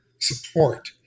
support